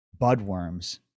budworms